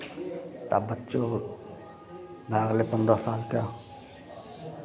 तऽ आब बच्चो भए गेलै पन्द्रह सालके